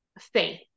faith